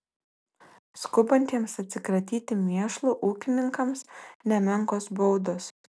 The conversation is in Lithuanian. skubantiems atsikratyti mėšlu ūkininkams nemenkos baudos